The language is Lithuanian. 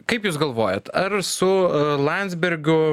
kaip jūs galvojat ar su landsbergio